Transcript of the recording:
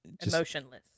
emotionless